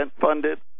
funded